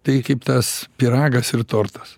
tai kaip tas pyragas ir tortas